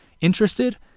Interested